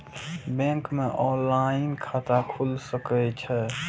Bank में online खाता खुल सके छे?